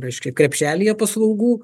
reiškia krepšelyje paslaugų